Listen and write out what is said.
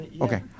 Okay